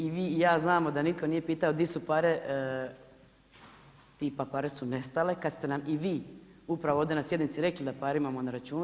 I vi i ja znamo da nitko nije pitao di su pare, tipa pare su nestale kad ste nam i vi upravo ovdje na sjednici rekli da pare imamo na računu.